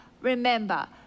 remember